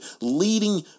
leading